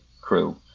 crew